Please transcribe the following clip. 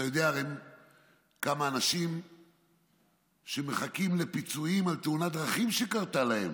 אתה יודע הרי כמה אנשים מחכים לפיצויים על תאונת דרכים שקרתה להם,